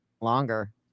longer